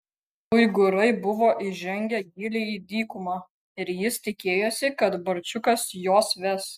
uigūrai buvo įžengę giliai į dykumą ir jis tikėjosi kad barčiukas juos ves